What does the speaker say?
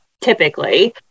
typically